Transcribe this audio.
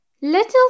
Little